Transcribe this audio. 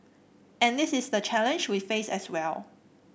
and this is the challenge we face as well